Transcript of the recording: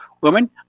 women